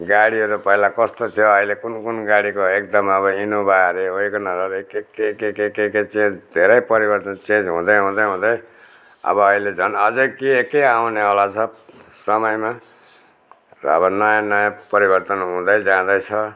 गाडीहरू पहिला कस्तो थियो अहिले कुन कुन गाडीको एकदम अब इनोभा हरे वेगेनर हरे के के के के के के चेन्ज धेरै परिवर्तन चेन्ज हुँदै हुँदै हुँदै अब अहिले झन् अझै के के आउनेवाला छ समयमा र अब नयाँ नयाँ परिवर्तन हुँदै जाँदैछ